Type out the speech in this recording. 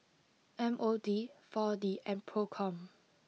M O D four D and PRO com